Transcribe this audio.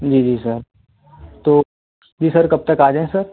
जी जी सर तो जी सर कब तक आ जाए सर